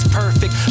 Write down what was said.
perfect